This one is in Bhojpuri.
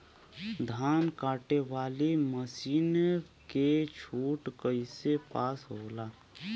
धान कांटेवाली मासिन के छूट कईसे पास होला?